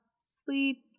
Sleep